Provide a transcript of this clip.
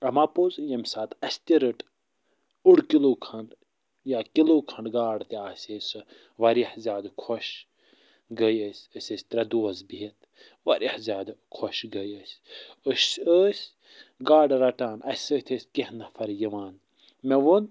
اَما پوٚز ییٚمہِ ساتہٕ اَسہِ تہِ رٔٹ اوٚڑ کِلوٗ کھنٛڈ یا کِلوٗ کھنٛڈ گاڈ تہِ آسے سۄ وارِیاہ زیادٕ خوش گٔے أسۍ أسۍ ٲسۍ ترٛےٚ دوس بِہِت وارِیاہ زیادٕ خوش گٔے أسۍ أسۍ ٲسۍ گاڈٕ رَٹان اَسہِ سۭتۍ ٲسۍ کیٚنٛہہ نفر یِوان مےٚ ووٚن